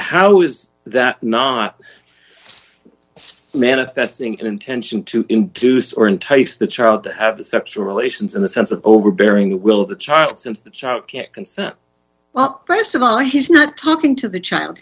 how is that not manifesting an intention to induce or intakes the child to have a sexual relations in the sense of overbearing will of the child since the child can't consent well st of all he's not talking to the child